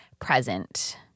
present